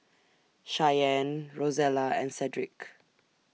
Shyanne Rosella and Sedrick